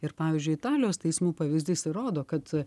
ir pavyzdžiui italijos teismų pavyzdys ir rodo kad